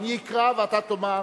אני אקרא ואתה תאמר,